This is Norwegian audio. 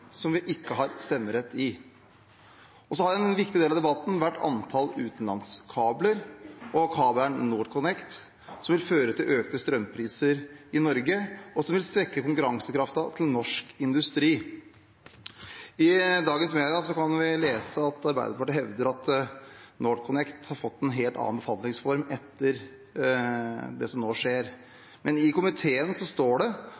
som vi ikke har stemmerett i. En viktig del av debatten har vært antallet utenlandskabler og kabelen NorthConnect, som vil føre til økte strømpriser i Norge, og som vil svekke norsk industris konkurransekraft. I media i dag kan vi lese at Arbeiderpartiet hevder at NorthConnect har fått en helt annen behandling etter det som nå skjer. Men i avtalen i komiteen står det